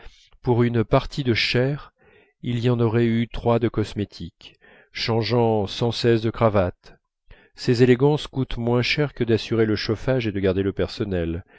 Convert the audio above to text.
pour une partie de chair il y en aurait eu trois de cosmétique changeant sans cesse de cravates ces élégances coûtent moins cher que d'assurer le chauffage et de garder le personnel